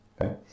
Okay